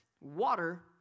water